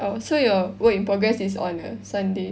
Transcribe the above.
oh so your work in progress is on a Sunday